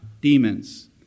demons